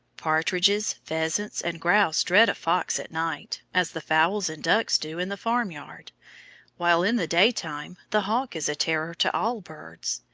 partridges, pheasants, and grouse dread a fox at night, as the fowls and ducks do in the farmyard while in the daytime the hawk is a terror to all birds.